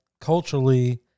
culturally